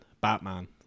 batman